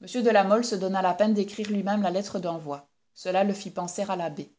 la mole se donna la peine d'écrire lui-même la lettre d'envoi cela le fit penser à l'abbé